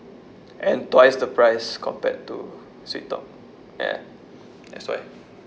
and twice the price compared to Sweettalk ya that's why